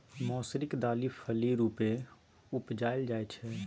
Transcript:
मौसरीक दालि फली रुपेँ उपजाएल जाइ छै